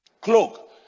cloak